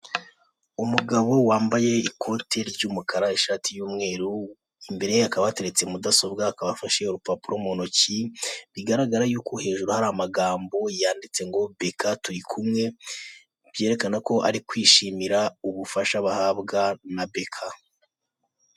Umugabo wambaye ikoti ry'umukara, ishati y'umweru imbere ye hakaba hateretse mudasobwa akaba afashe urupapuro mu ntoki, bigaragara yuko hejuru hari amagambo yanditse ngo beka turi kumwe, byerekana ko ari kwishimira ubufasha bahabwa na beka.